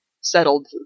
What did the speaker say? settled